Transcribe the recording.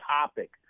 topic